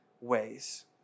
ways